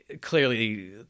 Clearly